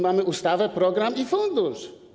Mamy ustawę, program i fundusz.